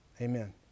Amen